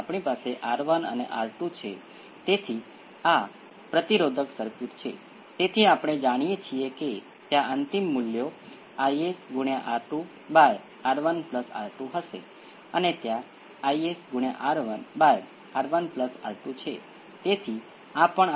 હવે તેવી જ રીતે જો મારી પાસે એક્સ્પોનેંસિયલ s t ઇનપુટ તરીકે હોય જ્યારે p 1 અને p 2 એકબીજાના જટિલ જોડાણમાં હોય અને હું ધારીશ કે s એ p 1 અથવા p 2 ની બરાબર નથી તો આપણને માત્ર એક્સ્પોનેંસિયલ st મળશે